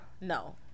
no